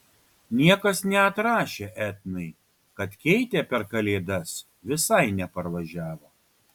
niekas neatrašė etnai kad keitė per kalėdas visai neparvažiavo